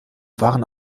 waren